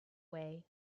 way